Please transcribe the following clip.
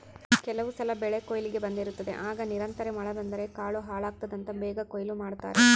ಕೆಲವುಸಲ ಬೆಳೆಕೊಯ್ಲಿಗೆ ಬಂದಿರುತ್ತದೆ ಆಗ ನಿರಂತರ ಮಳೆ ಬಂದರೆ ಕಾಳು ಹಾಳಾಗ್ತದಂತ ಬೇಗ ಕೊಯ್ಲು ಮಾಡ್ತಾರೆ